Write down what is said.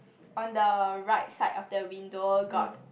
on the right side of the window got